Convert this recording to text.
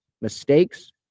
mistakes